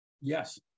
Yes